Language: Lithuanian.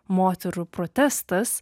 moterų protestas